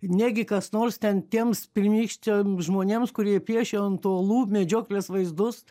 negi kas nors ten tiems pirmykščiam žmonėms kurie piešė ant olų medžioklės vaizdus